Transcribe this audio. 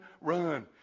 run